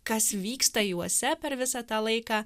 kas vyksta juose per visą tą laiką